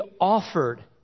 offered